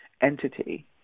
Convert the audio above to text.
entity